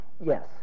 yes